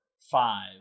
five